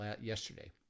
yesterday